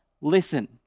listen